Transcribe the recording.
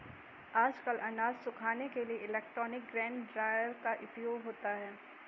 आजकल अनाज सुखाने के लिए इलेक्ट्रॉनिक ग्रेन ड्रॉयर का उपयोग होता है